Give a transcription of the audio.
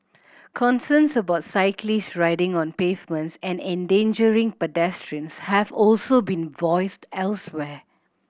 concerns about cyclists riding on pavements and endangering pedestrians have also been voiced elsewhere